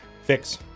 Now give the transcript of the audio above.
Fix